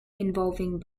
involving